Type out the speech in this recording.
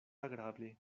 agrable